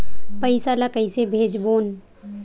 पईसा ला कइसे भेजबोन?